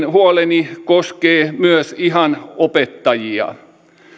huoleni koskee paitsi työpaikkaohjaajia myös ihan opettajia